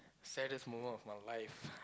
saddest moment of my life